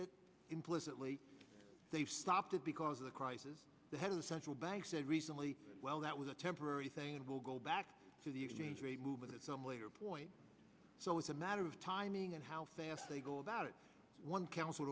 it implicitly they've stopped it because of the crisis the head of the central bank said recently well that was a temporary thing and will go back to the exchange rate move at some later point so it's a matter of timing and how fast they go about it one coun